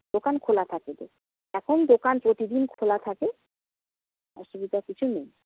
দোকান খোলা থাকে তো এখন দোকান প্রতিদিন খোলা থাকে অসুবিধা কিছু নেই